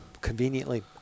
Conveniently